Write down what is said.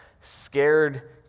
scared